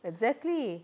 exactly